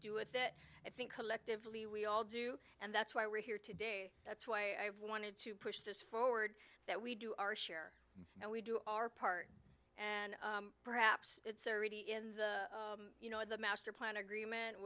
do with it i think collectively we all do and that's why we're here today that's why i wanted to push this forward that we do our share and we do our part and perhaps it's already in the you know the master plan agreement